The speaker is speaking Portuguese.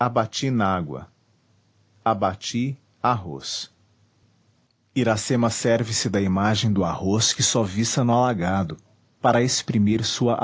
abati nágua abati arroz iracema serve-se da imagem do arroz que só viça no alagado para exprimir sua